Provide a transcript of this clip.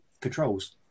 controls